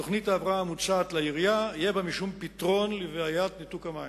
תוכנית ההבראה המוצעת לעירייה יהיה בה משום פתרון לבעיית ניתוק המים.